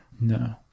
No